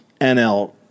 NL